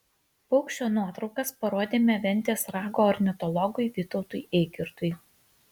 paukščio nuotraukas parodėme ventės rago ornitologui vytautui eigirdui